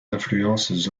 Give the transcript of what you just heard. influences